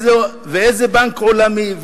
ואיזה בנק עולמי,